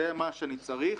זה מה שאני צריך,